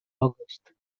august